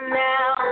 now